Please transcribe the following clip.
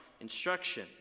instruction